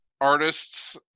artists